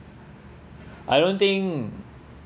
I don't think